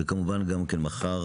וכמובן גם דיון מחר